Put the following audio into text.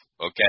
okay